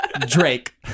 Drake